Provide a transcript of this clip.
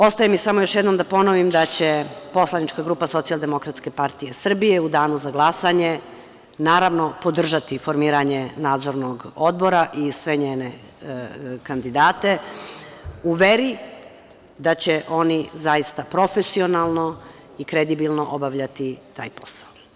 Ostaje mi samo još jednom da ponovim da će poslanička grupa SDPS u danu za glasanje, naravno, podržati formiranje Nadzornog odbora i sve njegove kandidate, u veri da će oni zaista profesionalno i kredibilno obavljati taj posao.